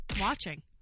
watching